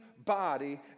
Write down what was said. body